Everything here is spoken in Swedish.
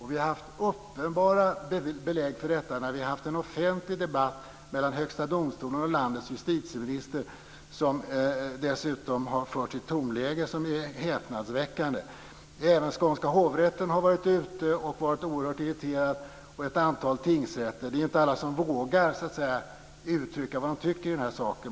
Vi har fått uppenbara belägg för detta när vi har haft en offentlig debatt mellan Högsta domstolen och landets justitieminister. Den har dessutom förts i ett tonläge som är häpnadsväckande. Även Skånska hovrätten och ett antal tingsrätter har varit oerhört irriterade. Det är inte alla som vågar uttrycka vad de tycker i den här frågan.